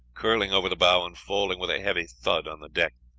curling over the bow and falling with a heavy thud on the deck,